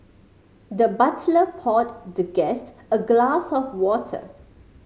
the butler poured the guest a glass of water